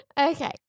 Okay